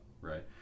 right